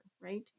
right